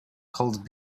called